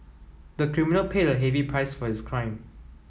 the criminal paid a heavy price for his crime